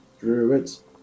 Druids